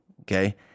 Okay